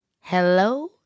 Hello